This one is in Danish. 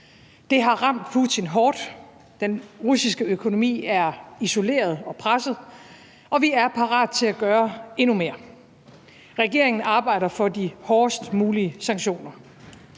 Det har ramt Putin hårdt. Den russiske økonomi er isoleret og presset, og vi er parate til at gøre endnu mere. Regeringen arbejder for de hårdest mulige sanktioner.